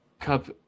Cup